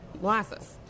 molasses